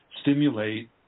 stimulate